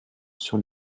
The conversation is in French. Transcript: sur